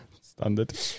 Standard